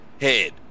head